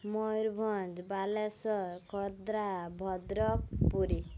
Mayurbhanj Baleswar Khordha Bhadrak Puri